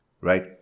right